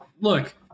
Look